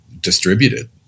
distributed